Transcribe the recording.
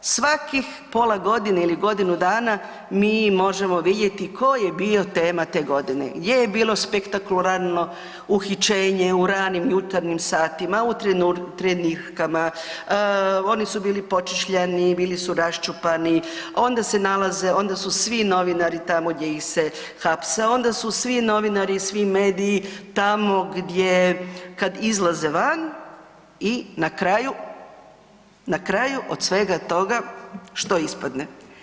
Svakih pola godine ili godinu dana mi možemo vidjeti tko je bio tema te godine, gdje je bio spektakularno uhićenje u ranim jutarnjim satima, u trenirkama, oni su bili počešljani, bili su raščupani, onda se nalaze, onda su svi novinari tamo gdje ih se hapse, onda su svi novinari i svi mediji tamo gdje, kad izlaze van i na kraju, na kraju od svega toga, što ispadne?